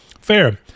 Fair